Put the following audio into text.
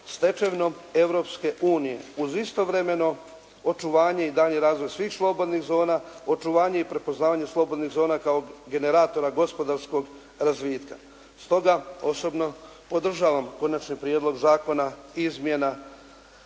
stečevinom Europske unije. Uz istovremeno i daljnji razvoj svih slobodnih zona, očuvanje i prepoznavanje slobodnih zona kao generatora gospodarskog razvitka. Stoga osobno podržavam Konačni prijedlog zakona, izmjena